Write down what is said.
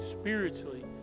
spiritually